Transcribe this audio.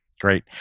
Great